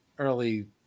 Early